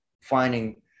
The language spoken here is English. finding